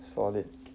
solid